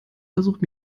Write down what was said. versucht